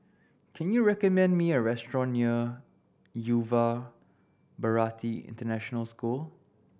can you recommend me a restaurant near Yuva Bharati International School